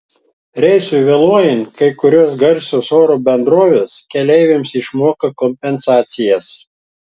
reisui vėluojant kai kurios garsios oro bendrovės keleiviams išmoka kompensacijas